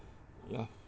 ya